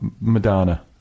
Madonna